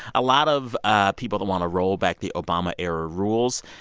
a lot of ah people that want to roll back the obama era rules,